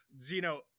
Zeno